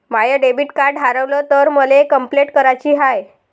माय debit card हारवल तर मले कंपलेंट कराची हाय